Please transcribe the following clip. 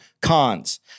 cons